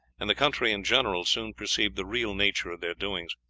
and the country in general soon perceived the real nature of their doings.